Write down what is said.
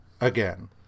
again